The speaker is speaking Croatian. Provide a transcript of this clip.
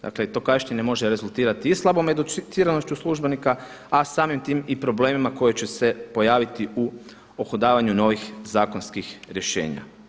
Dakle i to kašnjenje može rezultirati i slabom educiranošću službenika, a samim tim i problemima koji će se pojaviti u uhodavanju novih zakonskih rješenja.